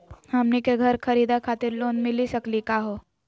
हमनी के घर खरीदै खातिर लोन मिली सकली का हो?